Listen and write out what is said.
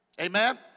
amen